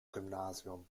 gymnasium